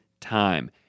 time